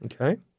Okay